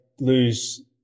Lose